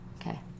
Okay